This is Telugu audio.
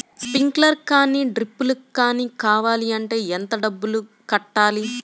స్ప్రింక్లర్ కానీ డ్రిప్లు కాని కావాలి అంటే ఎంత డబ్బులు కట్టాలి?